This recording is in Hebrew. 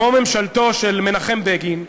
כמו ממשלתו של מנחם בגין,